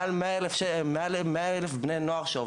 מעל 100 אלף בני נוער.